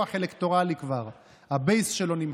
אז אני רוצה לומר לשואל, אני אענה